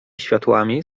światłami